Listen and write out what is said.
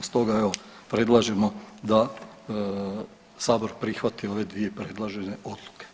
Stoga evo predlažemo da sabor prihvati ove dvije predložene odluke.